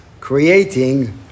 creating